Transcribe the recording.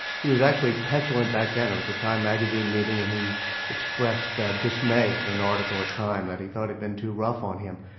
he was actually petulant back then. it was a time magazine meeting and he expressed dismay at an article in time that he thought had been too rough on him.